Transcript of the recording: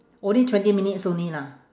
only twenty minutes only lah